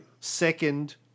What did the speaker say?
Second